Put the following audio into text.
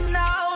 now